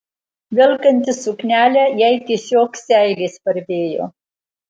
velkantis suknelę jai tiesiog seilės varvėjo